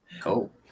Cool